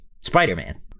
spider-man